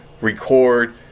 record